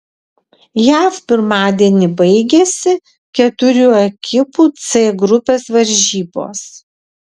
jav pirmadienį baigėsi keturių ekipų c grupės varžybos